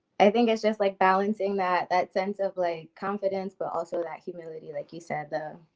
i think it's just like balancing that that sense of like confidence, but also that humility, like you said, the,